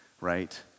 right